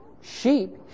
Sheep